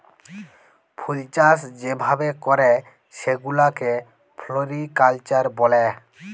ফুলচাষ যে ভাবে ক্যরে সেগুলাকে ফ্লরিকালচার ব্যলে